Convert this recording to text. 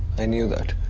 i knew that.